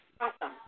awesome